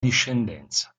discendenza